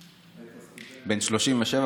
אתה היית במקום שלישי ונהיית סגן ראש העיר.